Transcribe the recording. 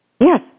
Yes